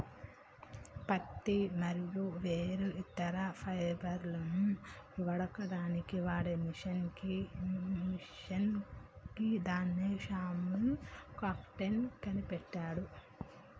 పత్తి మరియు వేరే ఇతర ఫైబర్లను వడకడానికి వాడే మిషిన్ గిదాన్ని శామ్యుల్ క్రాంప్టన్ కనిపెట్టిండు